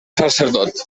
sacerdot